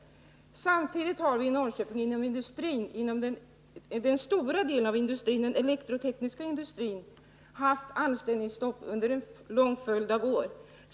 Vi har vidare inom den dominerande delen av Norrköpings industri, den elektrotekniska, haft anställningsstopp under en lång följd av år.